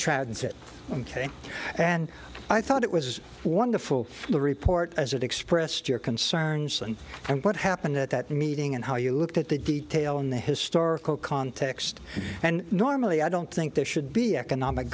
trads it ok and i thought it was wonderful the report as it expressed your concerns and what happened at that meeting and how you looked at the detail in the historical context and normally i don't think there should be economic